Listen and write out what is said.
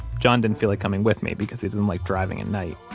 john didn't feel like coming with me because he doesn't like driving at night